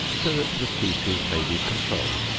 so that the species may be controlled.